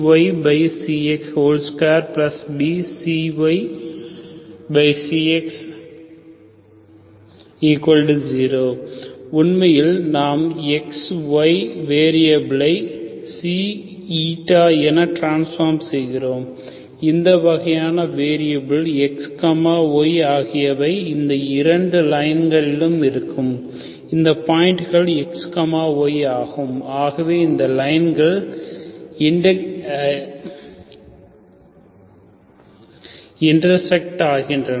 C ξy ξx2B ξy ξx0 சரி உண்மையில் நாம் Xy வேரியபிலை ξ η என டிரான்ஸ்பார்ம் செய்கிறோம் இந்த வகையான வேரியபில் Xy ஆகியவை இந்த இரண்டு லைன்களிலும் இருக்கும் இந்த பாயிண்டுகள் Xy ஆகும் ஆகவே இந்த லைன்கள் இன்டர்செக்ட் ஆகின்றன